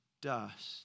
dust